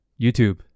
YouTube